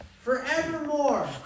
Forevermore